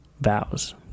vows